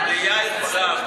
המליאה יכולה,